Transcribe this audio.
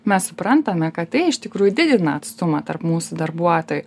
mes suprantame kad tai iš tikrųjų didina atstumą tarp mūsų darbuotojų